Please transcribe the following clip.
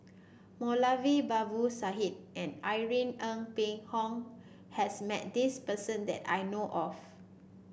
Moulavi Babu Sahib and Irene Ng Phek Hoong has met this person that I know of